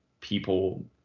people